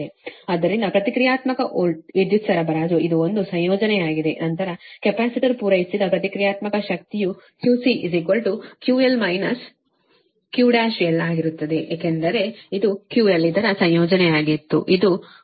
ಆದ್ದರಿಂದ ಪ್ರತಿಕ್ರಿಯಾತ್ಮಕ ವಿದ್ಯುತ್ ಸರಬರಾಜು ಇದು ಒಂದು ಸಂಯೋಜನೆಯಾಗಿದೆ ನಂತರ ಕೆಪಾಸಿಟರ್ ಪೂರೈಸಿದ ಪ್ರತಿಕ್ರಿಯಾತ್ಮಕ ಶಕ್ತಿಯು QC QL QL1 ಆಗಿರುತ್ತದೆ ಏಕೆಂದರೆ ಇದು QL ಇದರ ಸಂಯೋಜನೆಯಾಗಿತ್ತು ಇದು 1867